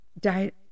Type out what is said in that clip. Diet